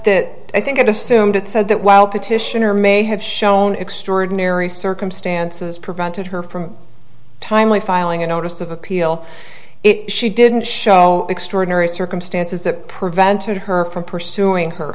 that i think it assumed it said that while petitioner may have shown extraordinary circumstances prevented her from timely filing a notice of appeal it she didn't show extraordinary circumstances that prevented her from pursuing her